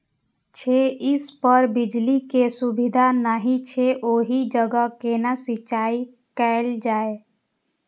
छै इस पर बिजली के सुविधा नहिं छै ओहि जगह केना सिंचाई कायल जाय?